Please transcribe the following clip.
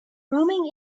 roaming